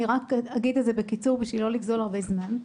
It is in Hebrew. אלא רק אגיד בקיצור כדי לא לגזול הרבה זמן.